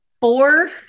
four